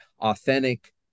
authentic